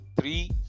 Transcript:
three